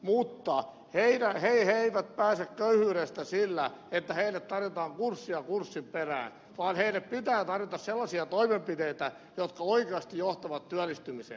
mutta he eivät pääse köyhyydestä sillä että heille tarjotaan kurssia kurssin perään vaan heille pitää tarjota sellaisia toimenpiteitä jotka oikeasti johtavat työllistymiseen